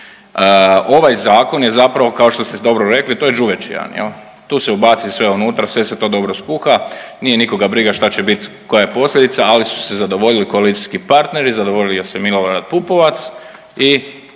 Ovaj zakon je zapravo kao što ste dobro rekli to je đuveč jedan jel. Tu se ubaci sve unutra sve se to dobro skuha, nije nikoga briga šta će biti koja je posljedica, ali su se zadovoljili koalicijski partneri, zadovoljio se Milorad Pupovac i